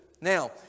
Now